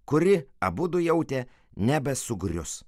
kuri abudu jautė nebesugrius